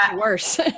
worse